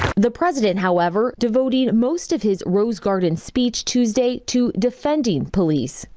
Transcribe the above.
the president however devoting most of his rose garden speech tuesday to defending police.